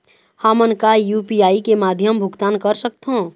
हमन का यू.पी.आई के माध्यम भुगतान कर सकथों?